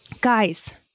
Guys